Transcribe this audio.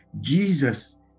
Jesus